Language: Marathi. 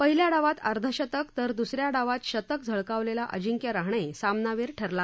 पहिल्या डावात अर्धशतक तर दुस या डावात शतक झळकावलेला अजिंक्य राहणे सामनावीर ठरला